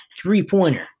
Three-pointer